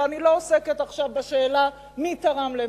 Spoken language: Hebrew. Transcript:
ואני לא עוסקת עכשיו בשאלה מי תרם למה,